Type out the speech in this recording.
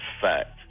fact